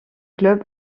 club